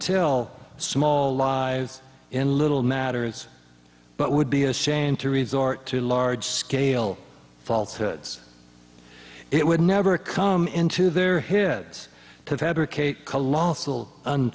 tell small lives in little matters but would be ashamed to resort to large scale falsehoods it would never come into their heads to fabricate colossal